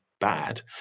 bad